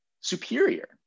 superior